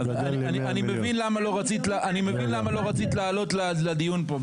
אני מבין למה לא רצית לעלות לדיון פה,